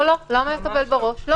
לא, למה שהוא יקבל בראש?